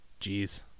jeez